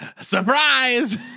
surprise